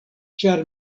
ĉar